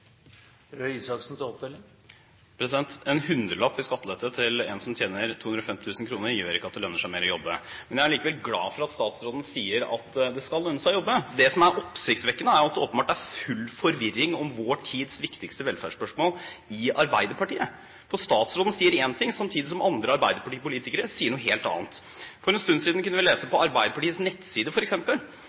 skattelette til en som tjener 250 000 kr gjør ikke at det lønner seg mer å jobbe. Jeg er likevel glad for at statsråden sier at det skal lønne seg å jobbe. Det som er oppsiktsvekkende, er at det åpenbart er full forvirring om vår tids viktigste velferdsspørsmål i Arbeiderpartiet. Statsråden sier én ting samtidig som andre arbeiderpartipolitikere sier noe helt annet. For en stund siden kunne vi f.eks. lese på Arbeiderpartiets nettside